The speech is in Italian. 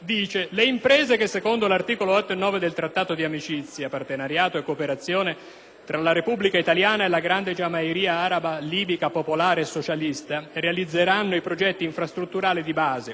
tra la Repubblica italiana e la Grande Giamahiria araba libica popolare socialista, realizzeranno i progetti infrastrutturali di base ovvero importanti opere infrastrutturali, progetti industriali ed investimenti,